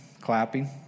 clapping